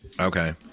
Okay